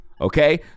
okay